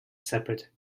separate